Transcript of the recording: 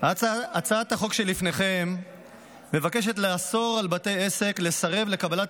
הצעת החוק שלפניכם מבקשת לאסור על בתי עסק לסרב לקבלת